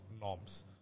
norms